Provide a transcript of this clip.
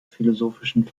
philosophischen